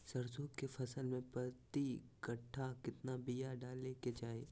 सरसों के फसल में प्रति कट्ठा कितना बिया डाले के चाही?